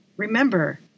Remember